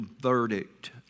verdict